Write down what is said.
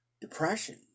depression